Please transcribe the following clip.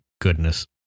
goodness